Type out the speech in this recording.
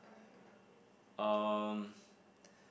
um